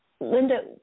Linda